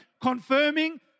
confirming